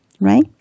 right